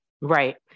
Right